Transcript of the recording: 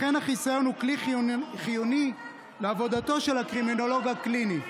לכן החיסיון הוא כלי חיוני לעבודתו של הקרימינולוג הקליני.